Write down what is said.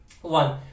One